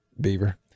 Beaver